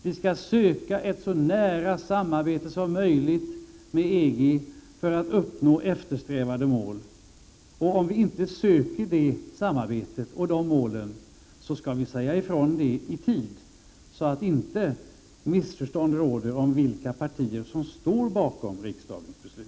Vi skall söka ett så nära samarbete som möjligt med EG för att uppnå eftersträvade mål. Om ni i centerpartiet inte söker det samarbetet och vill uppnå de målen, skall ni säga ifrån i tid så att inte något missförstånd råder när det gäller vilka partier som står bakom riksdagens beslut.